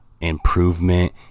improvement